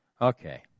Okay